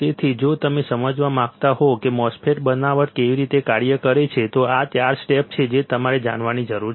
તેથી જો તમે સમજવા માંગતા હો કે MOSFET બનાવટ કેવી રીતે કાર્ય કરે છે તો આ 4 સ્ટેપ્સ છે જે તમારે જાણવાની જરૂર છે